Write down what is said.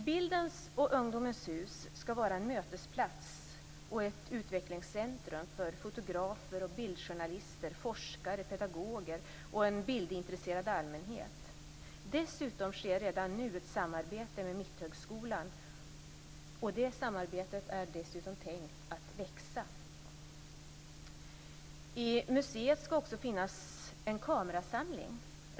Bildens och ungdomens hus skall vara en mötesplats och ett utvecklingscentrum för fotografer, bildjournalister, forskare, pedagoger och en bildintresserad allmänhet. Dessutom sker redan nu ett samarbete med Mitthögskolan. Det samarbetet är det dessutom tänkt skall växa. I museet skall det också finnas en kamerasamling.